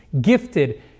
gifted